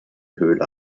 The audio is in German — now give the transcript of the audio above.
höhle